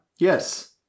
Yes